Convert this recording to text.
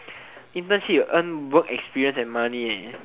internship you earn work experience and money eh